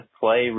play